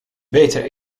beter